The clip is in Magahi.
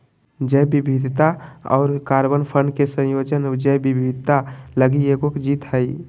जैव विविधता और कार्बन फंड के संयोजन जैव विविधता लगी एगो जीत हइ